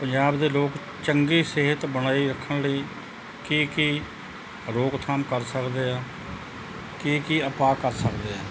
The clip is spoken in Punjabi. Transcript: ਪੰਜਾਬ ਦੇ ਲੋਕ ਚੰਗੀ ਸਿਹਤ ਬਣਾਈ ਰੱਖਣ ਲਈ ਕੀ ਕੀ ਰੋਕਥਾਮ ਕਰ ਸਕਦੇ ਆ ਕੀ ਕੀ ਉਪਾਅ ਕਰ ਸਕਦੇ ਆ